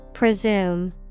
Presume